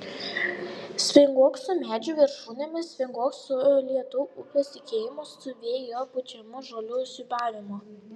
svinguok su medžių viršūnėmis svinguok su lėtu upės tekėjimu su vėjo pučiamų žolių siūbavimu